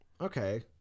Okay